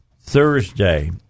Thursday